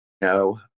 No